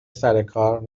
سرکار